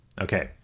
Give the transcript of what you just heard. okay